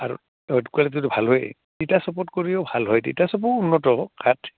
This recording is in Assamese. আৰু কোৱালিটিটো ভাল হয়েই তিতা চঁপাতকৈও ভাল হয় তিতা চঁপাও উন্নত কাঠ